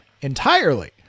entirely